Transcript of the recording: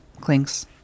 Clinks